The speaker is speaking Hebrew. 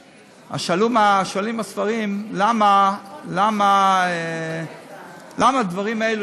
אז שואלים בספרים: למה הדברים האלה,